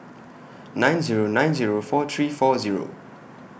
nine Zero nine Zero four three four Zero